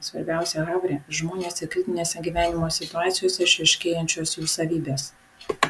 svarbiausia havre žmonės ir kritinėse gyvenimo situacijose išryškėjančios jų savybės